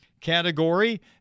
category